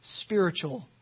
spiritual